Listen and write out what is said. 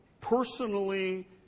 personally